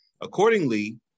Accordingly